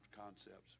concepts